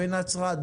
בנצרת,